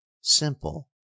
simple